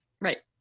Right